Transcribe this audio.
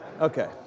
Okay